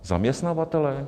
Zaměstnavatelé?